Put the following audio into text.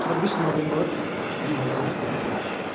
छब्बिस नोभेम्बर दुई हजार आठ